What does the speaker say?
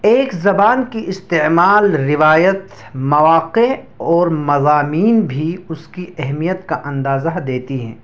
ایک زبان کی استعمال روایت مواقع اور مضامین بھی اس کی اہمیت کا اندازہ دیتی ہیں